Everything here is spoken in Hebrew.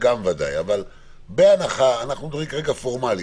אבל אנחנו מדברים פורמלית.